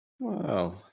Wow